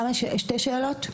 שתי שאלות.